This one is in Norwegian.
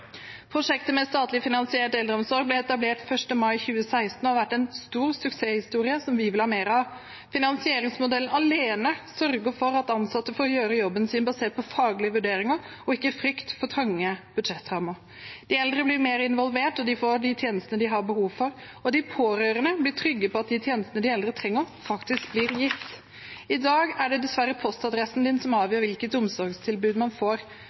Prosjektet med statlig finansiert eldreomsorg ble etablert 1. mai 2016 og har vært en stor suksesshistorie som vi vil ha mer av. Finansieringsmodellen alene sørger for at ansatte får gjøre jobben sin basert på faglige vurderinger og ikke frykt for trange budsjettrammer. De eldre blir mer involvert og får de tjenestene de har behov for, og de pårørende blir trygge på at de tjenestene de eldre trenger, faktisk blir gitt. I dag er det dessverre postadressen som avgjør hvilket omsorgstilbud man får.